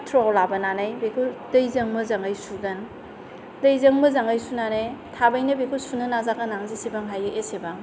फातथ्र'आव लाबोनानै बेखौ दैजों मोजोङै सुगोन दैजों मोजाङै सुनानै थाबैनो बेखौ सुनो नाजागोन आं जेसेबां हायो एसेबां